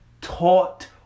taught